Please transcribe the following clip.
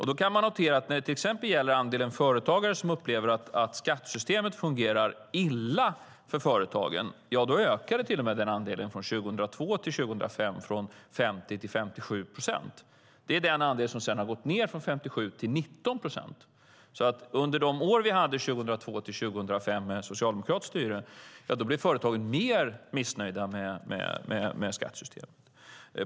Man kan notera att när det till exempel gäller andelen företagare som upplever att skattesystemet fungerar illa för företagen ökade den till och med från 50 procent 2002 till 57 procent 2005. Det är den andel som sedan har gått ned från 57 till 19 procent. Under åren 2002-2005 då vi hade ett socialdemokratiskt styre blev företagen mer missnöjda med skattesystemet.